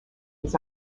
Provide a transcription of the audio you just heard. his